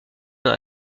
dans